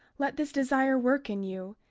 let this desire work in you,